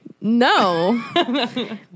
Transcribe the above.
No